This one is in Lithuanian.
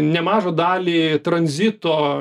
nemažą dalį tranzito